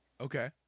Okay